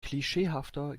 klischeehafter